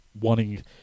wanting